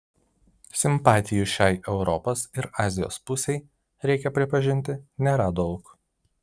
simpatijų šiai europos ir azijos pusei reikia pripažinti nėra daug